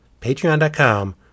patreon.com